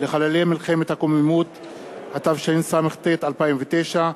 התשע"א 2010,